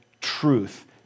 truth